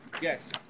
Yes